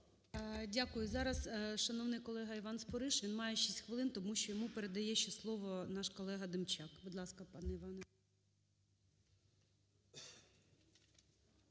Дякую. Зараз шановний колега Іван Спориш. Він має 6 хвилин, тому що йому передає ще слово наш колега Демчак. Будь ласка, пане Іване.